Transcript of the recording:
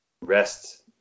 rest